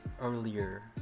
earlier